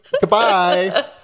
Goodbye